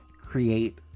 create